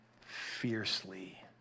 fiercely